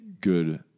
good